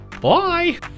bye